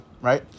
right